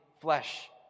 flesh